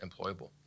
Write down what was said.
employable